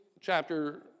chapter